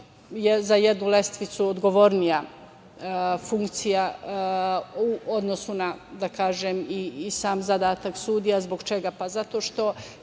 za jednu lestvicu odgovornija funkcija u odnosu na sam zadatak sudija. Zbog čega? Pa, zato što